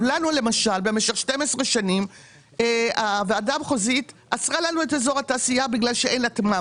לנו למשל במשך 12 שנים הוועדה המחוזית עצרה לנו את אזור התעשייה אתמ"מ.